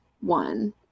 one